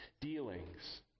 dealings